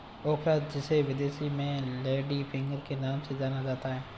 ओकरा जिसे विदेश में लेडी फिंगर के नाम से जाना जाता है